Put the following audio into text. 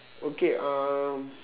okay um